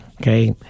okay